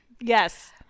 yes